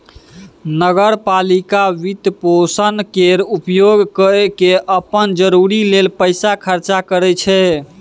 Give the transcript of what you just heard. नगर पालिका वित्तपोषण केर उपयोग कय केँ अप्पन जरूरी लेल पैसा खर्चा करै छै